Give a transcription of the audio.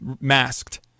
masked